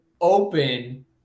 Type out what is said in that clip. open